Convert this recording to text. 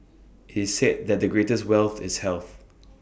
IT is said that the greatest wealth is health